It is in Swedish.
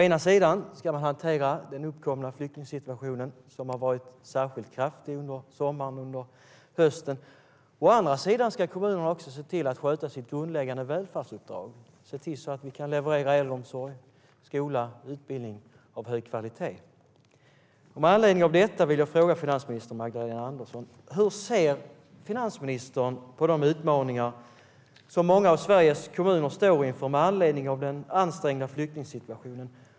Å ena sidan ska man hantera den uppkomna flyktingsituationen som har varit särskilt ansträngd under sommaren och hösten. Å andra sidan ska kommunerna också se till att sköta sitt grundläggande välfärdsuppdrag så att de kan leverera äldreomsorg, skola och utbildning av hög kvalitet. Med anledning av detta vill jag fråga finansminister Magdalena Andersson: Hur ser finansministern på de utmaningar som många av Sveriges kommuner står inför på grund av den ansträngda flyktingsituationen?